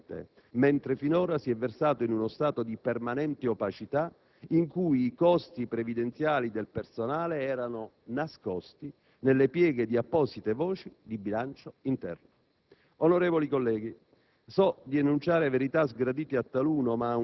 del solo Senato; ma, soprattutto, tale onere sarebbe trasparente, mentre finora si è versato in uno stato di permanente opacità, in cui i costi previdenziali del personale erano «nascosti» nelle pieghe di apposite voci di bilancio interno.